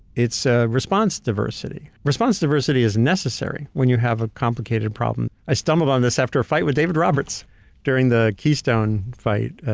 it's ah response diversity. response diversity is necessary when you have a complicated problem. i stumbled on this after a fight with david roberts during the keystone fight.